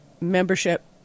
membership